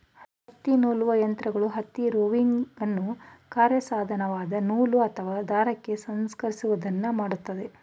ಹತ್ತಿನೂಲುವ ಯಂತ್ರಗಳು ಹತ್ತಿ ರೋವಿಂಗನ್ನು ಕಾರ್ಯಸಾಧ್ಯವಾದ ನೂಲು ಅಥವಾ ದಾರಕ್ಕೆ ಸಂಸ್ಕರಿಸೋದನ್ನ ಮಾಡ್ತದೆ